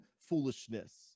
foolishness